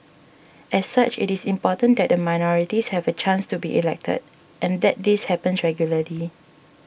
as such it is important that the minorities have a chance to be elected and that this happens regularly